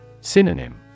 Synonym